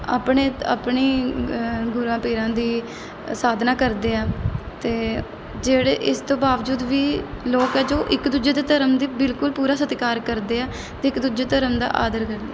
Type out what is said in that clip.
ਆਪਣੇ ਆਪਣੀ ਗੁਰੂਆਂ ਪੀਰਾਂ ਦੀ ਸਾਧਨਾ ਕਰਦੇ ਹੈ ਅਤੇ ਜਿਹੜੇ ਇਸ ਤੋਂ ਬਾਵਜੂਦ ਵੀ ਲੋਕ ਹੈ ਜੋ ਇੱਕ ਦੂਜੇ ਦੇ ਧਰਮ ਦੀ ਬਿਲਕੁਲ ਪੂਰਾ ਸਤਿਕਾਰ ਕਰਦੇ ਹੈ ਅਤੇ ਇੱਕ ਦੂਜੇ ਧਰਮ ਦਾ ਆਦਰ ਕਰਦੇ